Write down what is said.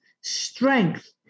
strength